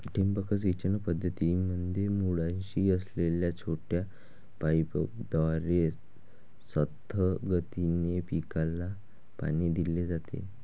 ठिबक सिंचन पद्धतीमध्ये मुळाशी असलेल्या छोट्या पाईपद्वारे संथ गतीने पिकाला पाणी दिले जाते